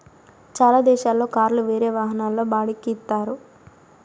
చాలా దేశాల్లో కార్లు వేరే వాహనాల్లో బాడిక్కి ఇత్తారు